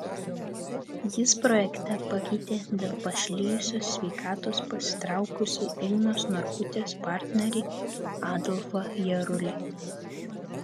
jis projekte pakeitė dėl pašlijusios sveikatos pasitraukusį ingos norkutės partnerį adolfą jarulį